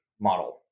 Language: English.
model